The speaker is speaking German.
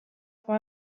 vor